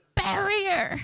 barrier